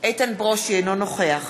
אינו נוכח